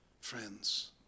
Friends